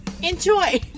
Enjoy